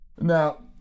Now